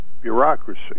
bureaucracy